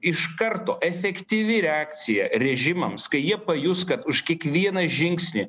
iš karto efektyvi reakcija režimams kai jie pajus kad už kiekvieną žingsnį